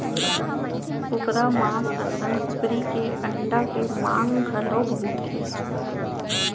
कुकरा मांस असन कुकरी के अंडा के मांग घलौ बहुत हे